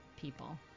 people